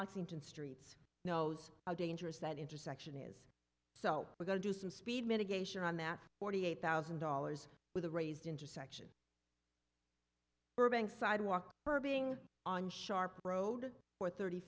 the streets knows how dangerous that intersection is so we're going to do some speed mitigation on that forty eight thousand dollars with a raised intersection burbank's sidewalk for being on sharp road for thirty